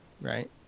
right